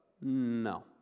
No